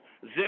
zip